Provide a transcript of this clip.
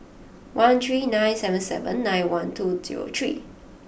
one three nine seven seven nine one two zero three